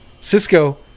cisco